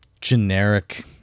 generic